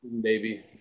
Baby